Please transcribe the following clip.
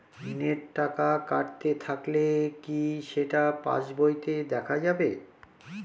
ঋণের টাকা কাটতে থাকলে কি সেটা পাসবইতে দেখা যাবে?